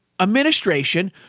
administration